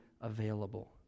available